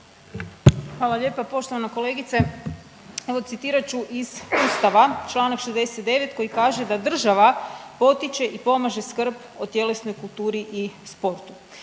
Hvala lijepa. Poštovana kolegice evo citirat ću iz Ustava Članak 69. koji kaže da država potiče i pomaže skrb o tjelesnoj kulturi i sportu.